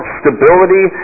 stability